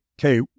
okay